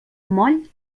moll